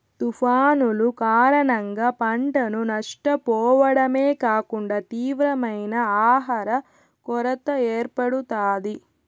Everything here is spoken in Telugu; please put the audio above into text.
తుఫానులు కారణంగా పంటను నష్టపోవడమే కాకుండా తీవ్రమైన ఆహర కొరత ఏర్పడుతాది